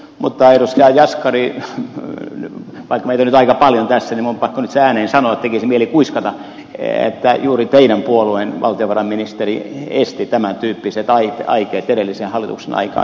mutta edustaja jaskari vaikka meitä on nyt aika paljon tässä niin minun on pakko nyt se ääneen sanoa tekisi mieli kuiskata että juuri teidän puolueenne valtiovarainministeri esti tämän tyyppiset aikeet edellisen hallituksen aikaan